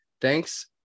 Thanks